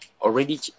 already